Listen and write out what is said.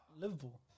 Liverpool